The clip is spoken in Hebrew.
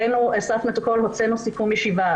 הוצאנו סיכום ישיבה.